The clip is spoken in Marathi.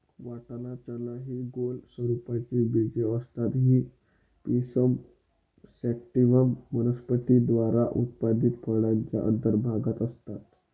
वाटाणा, चना हि गोल स्वरूपाची बीजे असतात ही पिसम सॅटिव्हम वनस्पती द्वारा उत्पादित फळाच्या अंतर्भागात असतात